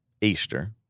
Easter—